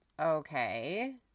Okay